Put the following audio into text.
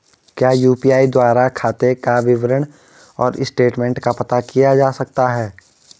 क्या यु.पी.आई द्वारा खाते का विवरण और स्टेटमेंट का पता किया जा सकता है?